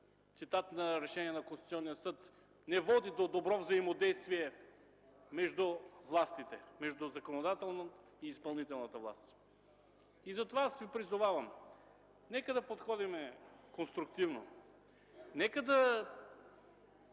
цитат на решение на Конституционния съд – не води до добро взаимодействие между законодателната и изпълнителната власт. Затова аз Ви призовавам – нека да подходим конструктивно. Нека да